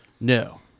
No